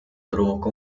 provocò